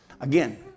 Again